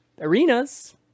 Arenas